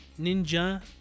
ninja